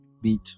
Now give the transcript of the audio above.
beat